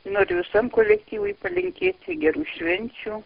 noriu visam kolektyvui palinkėti gerų švenčių